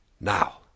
Now